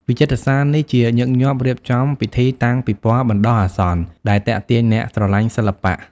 វិចិត្រសាលនេះជាញឹកញាប់រៀបចំពិធីតាំងពិពណ៌បណ្តោះអាសន្ន ដែលទាក់ទាញអ្នកស្រឡាញ់សិល្បៈ។